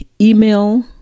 email